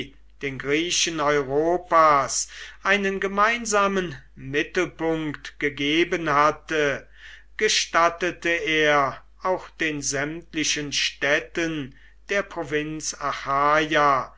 den griechen europas einen gemeinsamen mittelpunkt gegeben hatte gestattete er auch den sämtlichen städten der provinz achaia